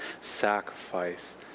sacrifice